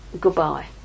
goodbye